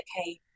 okay